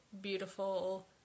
beautiful